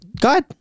God